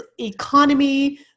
economy